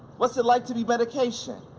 what's it like to be medication?